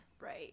Right